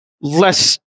less